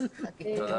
תודה רבה.